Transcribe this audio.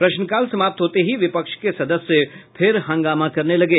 प्रश्नकाल समाप्त होते ही विपक्ष के सदस्य फिर हंगामा करने लगे